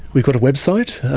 we've got a website,